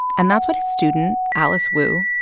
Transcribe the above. and that's what his student, alice wu,